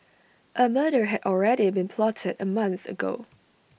A murder had already been plotted A month ago